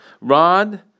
rod